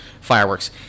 fireworks